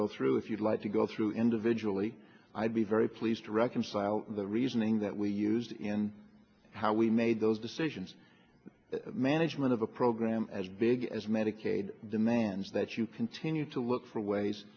go through if you'd like to go through individually i'd be very pleased to reconcile the reasoning that we use in how we made those decisions the management of a program as big as medicaid demands that you continue to look for ways